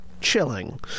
chilling